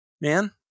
man